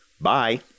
bye